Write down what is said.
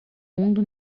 mundo